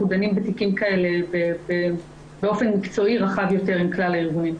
דנים בתיקים כאלה באופן מקצועי רחב יותר עם כלל הארגונים.